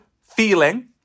feeling